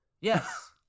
Yes